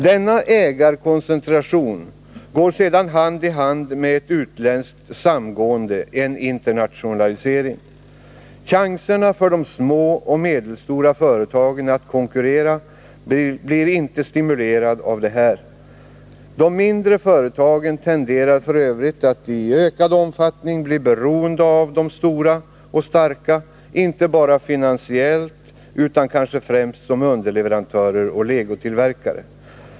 Denna ägarkoncentration går sedan hand i hand med ett utländskt samgående — en internationalisering. De små och medelstora företagen blir av detta inte stimulerade att konkurrera. De mindre företagen tenderar f. ö. att i ökad omfattning bli beroende av de stora och starka — inte bara finansiellt, utan kanske främst som underleverantörer och legotillverkare.